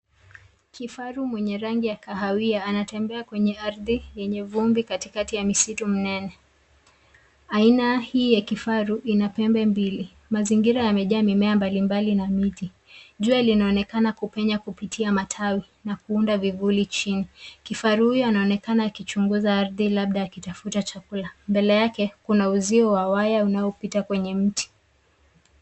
Kifaru mwenye rangi ya kahawia anatembea kwenye ardhi yenye vumbi katikati ya msitu mnene. Aina hii ya kifaru ina pembe mbili. Mazingira yamejaa mimea mbalimbali na miti. Jua linaonekana kupenya kupitia matawi na kuunda vivuli chini. Kifaru huyu anaonekana akichunguza ardhi labda akitafuta chakula. Mbele yake kuna uzio wa waya unaopita kwenye mti.